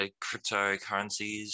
cryptocurrencies